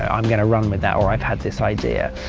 i'm going to run with that or i had this idea.